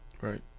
right